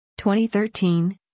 2013